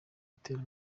atera